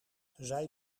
zij